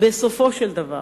בסופו של דבר